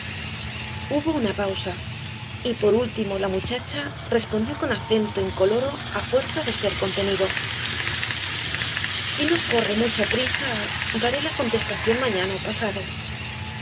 hubo una pausa y por último la muchacha respondió con acento incoloro á fuerza de ser contenido si no corre mucha prisa daré la contestación mañana ó pasado